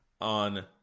on